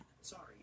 Sorry